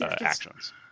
actions